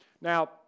Now